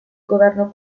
governo